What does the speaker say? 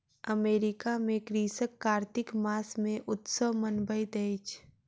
America में कृषक कार्तिक मास मे उत्सव मनबैत अछि